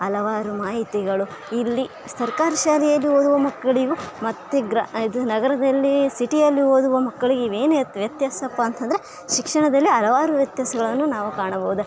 ಹಲವಾರು ಮಾಹಿತಿಗಳು ಇಲ್ಲಿ ಸರ್ಕಾರ ಶಾಲೆದು ಓದುವ ಮಕ್ಕಳಿಗೂ ಮತ್ತು ಗ್ರ ಇದು ನಗರದಲ್ಲಿ ಸಿಟಿಯಲ್ಲಿ ಓದುವ ಮಕ್ಕಳಿಗೆ ಏನು ವ್ಯತ್ ವ್ಯತ್ಯಾಸಪ್ಪ ಅಂತಂದರೆ ಶಿಕ್ಷಣದಲ್ಲಿ ಹಲವಾರು ವ್ಯತ್ಯಾಸಗಳನ್ನು ನಾವು ಕಾಣಬಹುದು